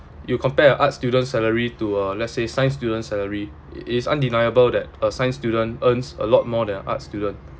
you compare arts students salary to uh let's say science students salary is undeniable that a science student earns a lot more than arts student